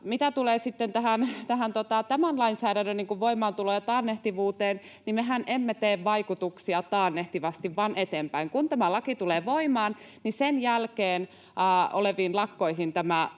tämän lainsäädännön voimaantuloon ja taannehtivuuteen, niin mehän emme tee vaikutuksia taannehtivasti vaan eteenpäin. Kun tämä laki tulee voimaan, niin sen jälkeen oleviin lakkoihin